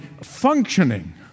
functioning